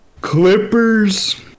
Clippers